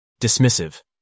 Dismissive